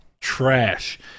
Trash